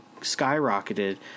skyrocketed